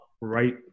right